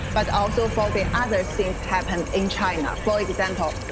but also for the other things happening in china. for example,